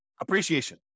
appreciation